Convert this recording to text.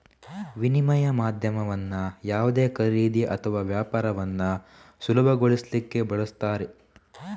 ವಿನಿಮಯ ಮಾಧ್ಯಮವನ್ನ ಯಾವುದೇ ಖರೀದಿ ಅಥವಾ ವ್ಯಾಪಾರವನ್ನ ಸುಲಭಗೊಳಿಸ್ಲಿಕ್ಕೆ ಬಳಸ್ತಾರೆ